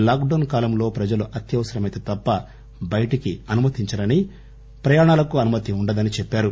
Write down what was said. lock down కాలంలో ప్రజలు అత్యవసరమైతే తప్ప బయటికి అనుమతించరని ప్రయాణాలకు అనుమతి ఉండదని చెప్పారు